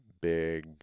big